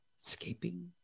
Escaping